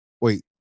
Wait